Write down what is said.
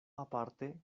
aparte